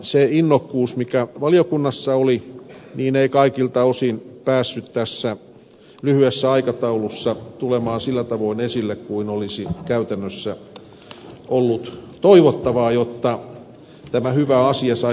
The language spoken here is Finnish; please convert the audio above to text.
se innokkuus mikä valiokunnassa oli ei kaikilta osin päässyt tässä lyhyessä aikataulussa tulemaan sillä tavoin esille kuin olisi käytännössä ollut toivottavaa jotta tämä hyvä asia saisi jatkoa